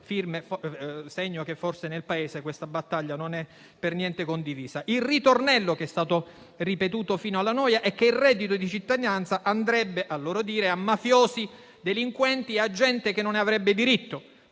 segno che forse nel Paese questa battaglia non è per niente condivisa. Il ritornello che è stato ripetuto fino alla noia è che il reddito di cittadinanza - a loro dire - andrebbe a mafiosi, delinquenti e a gente che non ne avrebbe diritto.